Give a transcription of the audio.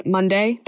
Monday